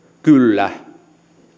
kyllä